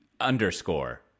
underscore